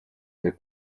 mais